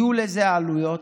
יהיו לזה עלויות,